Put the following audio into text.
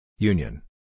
Union